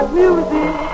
music